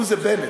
הוא זה בנט,